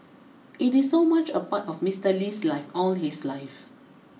it is so much a part of Mister Lee's life all his life